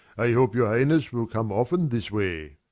i hope your highness will come often this way.